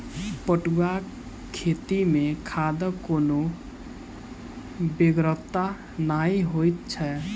पटुआक खेती मे खादक कोनो बेगरता नहि जोइत छै